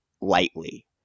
lightly